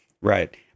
Right